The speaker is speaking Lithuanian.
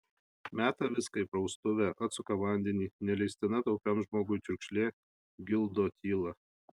meta viską į praustuvę atsuka vandenį neleistina taupiam žmogui čiurkšlė gildo tylą